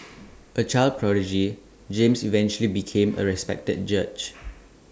A child prodigy James eventually became A respected judge